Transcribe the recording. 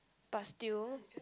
but still